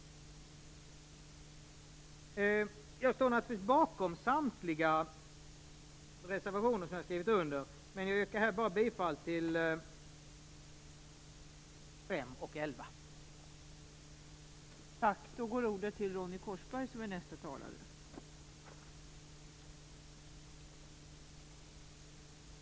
Jag står naturligtvis bakom samtliga våra reservationer, men jag yrkar bara bifall till reservationerna 5